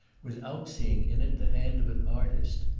without seeing in it the hand of an artist.